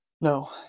No